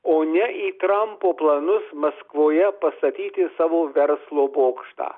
o ne į trampo planus maskvoje pastatyti savo verslo bokštą